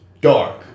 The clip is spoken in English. dark